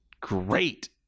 great